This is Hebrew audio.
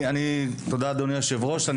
תודה אדוני היושב ראש,